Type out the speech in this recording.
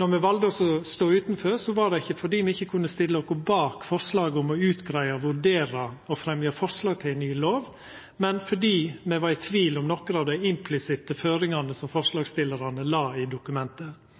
Når me valde å stå utanfor, var det ikkje fordi me ikkje kunne stilla oss bak forslaget om å greia ut og vurdera å fremja forslag til ny lov, men fordi me var i tvil om nokre av dei implisitte føringane som forslagsstillarane la i dokumentet.